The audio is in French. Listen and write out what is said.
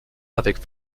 avec